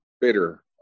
bitter